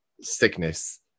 sickness